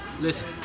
listen